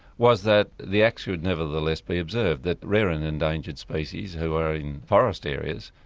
was that the act should nevertheless be observed, that rare and endangered species who are in forest areas,